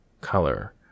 color